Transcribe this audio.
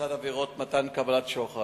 בצד עבירות מתן קבלת שוחד,